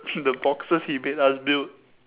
the boxes he made us build